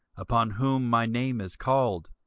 upon whom my name is called,